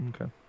Okay